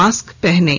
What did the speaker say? mask पहनें